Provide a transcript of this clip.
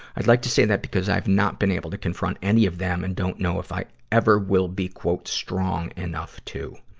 i'd like to say that because i've not been able to confront any of them and don't know if i ever will be strong enough to.